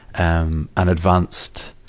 um, an advanced,